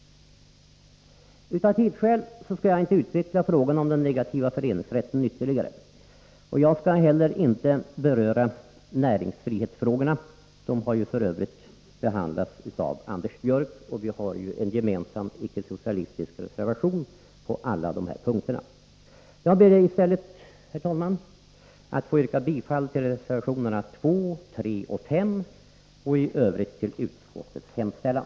Av tidsskäl skall jag inte utveckla frågan om den negativa föreningsrätten ytterligare. Jag skall heller inte beröra näringsfrihetsfrågorna. Dessa har f. ö. behandlats av Anders Björck, och vi har en gemensam icke-socialistisk reservation på alla de här punkterna. Jag ber i stället, herr talman, att få yrka bifall till reservationerna 2, 3 och 5 och i övrigt till utskottets hemställan.